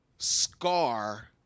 Scar